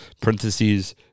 parentheses